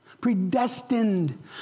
predestined